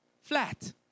flat